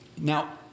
Now